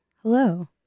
Hello